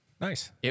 nice